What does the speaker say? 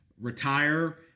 retire